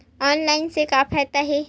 Online से का फ़ायदा हे?